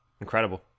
Incredible